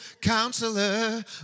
counselor